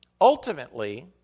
Ultimately